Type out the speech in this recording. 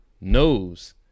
knows